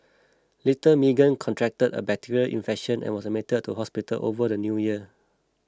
little Meagan contracted a bacterial infection and was admitted to hospital over the New Year